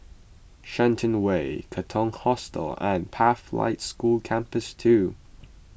Shenton Way Katong Hostel and Pathlight School Campus two